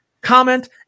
comment